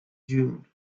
june